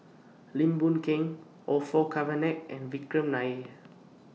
Lim Boon Keng Orfeur Cavenagh and Vikram Nair